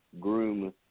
groom